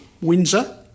Windsor